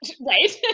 right